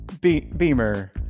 Beamer